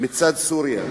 מצד סוריה.